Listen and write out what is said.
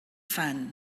fan